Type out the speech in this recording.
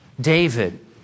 David